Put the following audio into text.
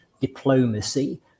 diplomacy